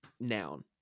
noun